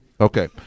Okay